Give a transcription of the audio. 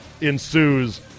ensues